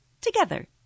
together